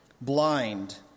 blind